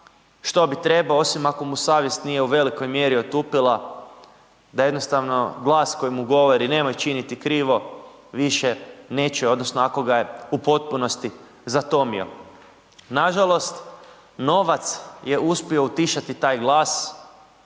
što bi trebao osim ako mu savjest nije u velikoj mjeri otupila da jednostavno glas koji mu govori nemoj činiti krivo više ne čuje, odnosno ako ga je u potpunosti zatomio. Nažalost, novac je uspio utišati taj glas